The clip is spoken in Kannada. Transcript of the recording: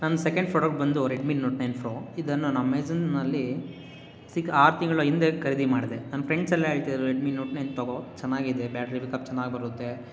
ನನ್ನ ಸೆಕೆಂಡ್ ಫ್ರಾಡಕ್ಟ್ ಬಂದು ರೆಡ್ಮಿ ನೋಟ್ ನೈನ್ ಫ್ರೋ ಇದನ್ನು ನಾನು ಅಮೆಝನ್ನಲ್ಲಿ ಸಿಕ್ಕಿ ಆರು ತಿಂಗಳ ಹಿಂದೆ ಖರೀದಿ ಮಾಡಿದೆ ನನ್ನ ಫ್ರೆಂಡ್ಸೆಲ್ಲ ಹೇಳ್ತಿದ್ದರು ರೆಡ್ಮಿ ನೋಟ್ ನೈನ್ ತೊಗೋ ಚೆನ್ನಾಗಿದೆ ಬ್ಯಾಟ್ರಿ ಬ್ಯಾಕ್ಅಪ್ ಚೆನ್ನಾಗಿ ಬರುತ್ತೆ